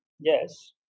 Yes